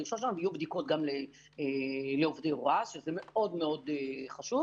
יהיו בדיקות גם לעובדי הוראה, שזה מאוד מאוד חשוב.